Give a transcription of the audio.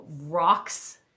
rocks